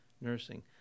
Nursing